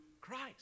Christ